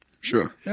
Sure